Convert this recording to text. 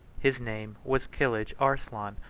his name was kilidge-arslan,